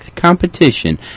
Competition